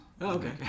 Okay